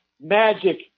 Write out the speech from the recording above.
Magic